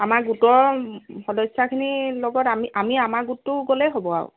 আমাৰ গোটৰ সদস্যাখিনিৰ লগত আমি আমি আমাৰ গোটটো গ'লেই হ'ব আৰু